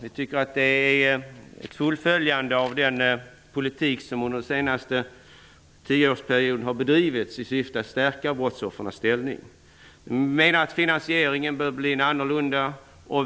Vi tycker att det är ett fullföljande av den politik som under den senaste tioårsperioden bedrivits i syfte att stärka brottsoffrens ställning. Men vi menar att finansieringen bör bli annorlunda.